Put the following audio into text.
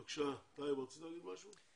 בבקשה, טייב, רצית להגיד משהו?